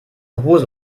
hose